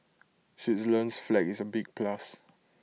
Switzerland's flag is A big plus